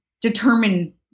determine